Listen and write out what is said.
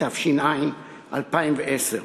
התש"ע 2010,